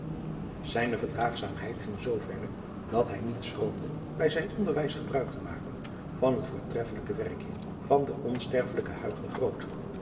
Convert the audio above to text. zijne verdraagzaamheid ging zooverre dat hij niet schroomde bij zijn onderwijs gebruik te maken van het voortreffelijke werkje van den onsterfelijken